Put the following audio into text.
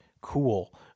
cool